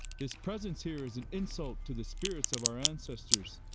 his presence here is an insult to the sprits of our ancestors.